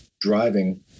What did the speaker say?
driving